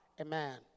Amen